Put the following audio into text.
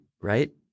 right